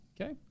Okay